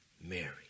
Mary